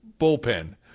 bullpen